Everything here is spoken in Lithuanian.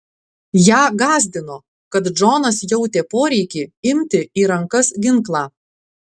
ją gąsdino kad džonas jautė poreikį imti į rankas ginklą